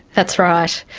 that's right.